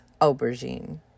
aubergine